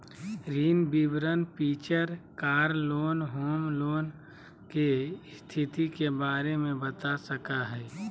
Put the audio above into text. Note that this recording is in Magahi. ऋण विवरण feature car loan, home loan, के स्थिति के बारे में बता सका हइ